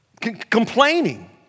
Complaining